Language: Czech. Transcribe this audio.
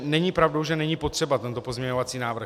Není pravdou, že není potřeba tento pozměňovací návrh.